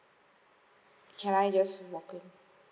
can I just walk in